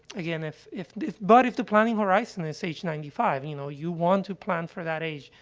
again, if if if but if the planning horizon is age ninety five, and you know, you want to plan for that age,